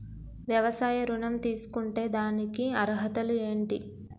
వ్యవసాయ ఋణం తీసుకుంటే దానికి అర్హతలు ఏంటి?